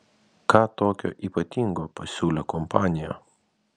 ką tokio ypatingo pasiūlė kompanija